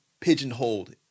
pigeonholed